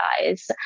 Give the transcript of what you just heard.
guys